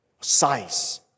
size